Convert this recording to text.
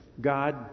God